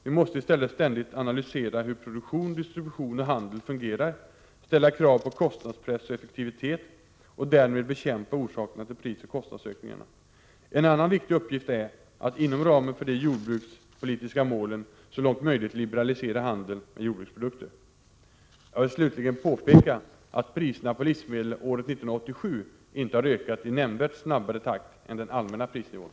Vi måste i stället ständigt analysera hur produktion, distribution och handel fungerar, ställa krav på kostnadspress och effektivitet och därmed bekämpa orsakerna till prisoch kostnadsökningarna. En annan viktig uppgift är att, inom ramen för de jordbrukspolitiska målen, så långt möjligt liberalisera handeln med jordbruksprodukter. Jag vill slutligen påpeka att priserna på livsmedel året 1987 inte har ökat i nämnvärt snabbare takt än den allmänna prisnivån.